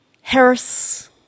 Harris